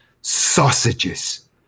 Sausages